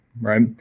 right